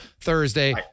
Thursday